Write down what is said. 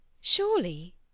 Surely